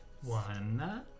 One